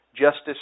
justice